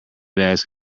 bags